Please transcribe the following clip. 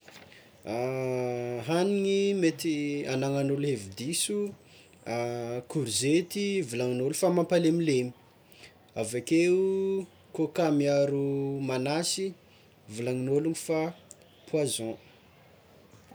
Haniny mety hanan'ny olo hevi-diso courgette volagnin'olo fa mampalemilemy, avakeo coca miaro manasy volagnin'olo fa poison.